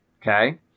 Okay